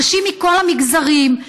אנשים מכל המגזרים,